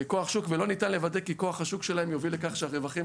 ולא ניתן לוודא כי כוח השוק שלהם יוביל לכך שהרווחים